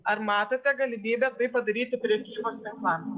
ar matote galimybę tai padaryti prekybos tinklams